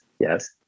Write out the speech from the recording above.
yes